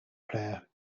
player